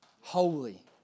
holy